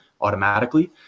automatically